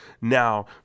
now